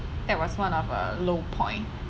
that was one of a low point